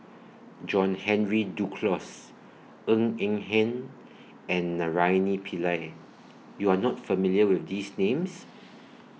John Henry Duclos Ng Eng Hen and Naraina Pillai YOU Are not familiar with These Names